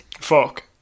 Fuck